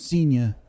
Senior